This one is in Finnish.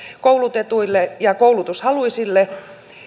koulutetuille ja koulutushaluisille